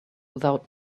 without